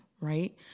right